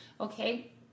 okay